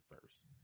first